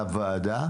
למיטב זכרוני,